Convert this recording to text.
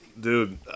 Dude